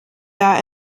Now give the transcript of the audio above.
gar